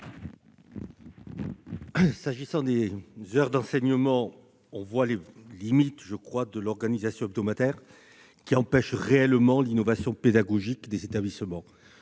Concernant les heures d'enseignement, on voit les limites de l'organisation hebdomadaire, qui empêche réellement l'innovation pédagogique des établissements.